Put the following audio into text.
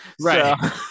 Right